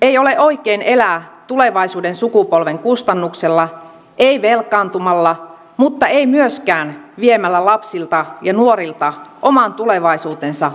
ei ole oikein elää tulevaisuuden sukupolven kustannuksella ei velkaantumalla mutta ei myöskään viemällä lapsilta ja nuorilta oman tulevaisuutensa rakennuspuita